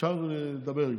שאפשר לדבר איתו.